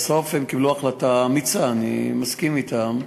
בסוף הם קיבלו החלטה אמיצה, אני מסכים אתם,